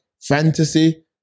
fantasy